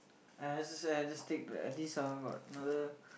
!aiya! just !aiya! just take the at least I got another